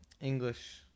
English